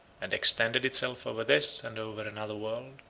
and extended itself over this and over another world.